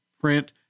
print